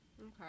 Okay